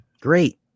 great